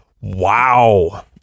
wow